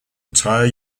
entire